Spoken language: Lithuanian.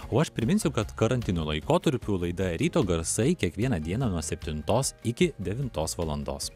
o aš priminsiu kad karantino laikotarpiu laida ryto garsai kiekvieną dieną nuo septintos iki devintos valandos